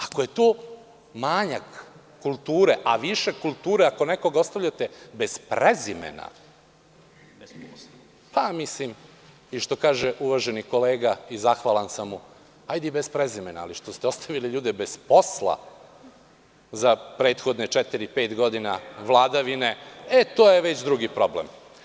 Ako je to manjak kulture, a višak kulture ako nekog ostavljate bez prezimena, što kaže uvaženi kolega, zahvalan sam mu, ajde bez prezimena, ali što ste ostavili ljude bez posla za prethodne četiri-pet godina vladavine, e to je već drugi problem.